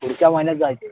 पुढच्या महिन्यात जायचं आहे